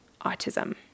autism